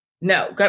no